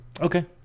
Okay